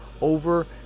over